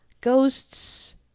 ghosts